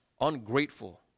ungrateful